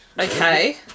Okay